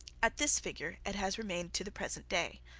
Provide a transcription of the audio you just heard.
at this figure it has remained to the present day.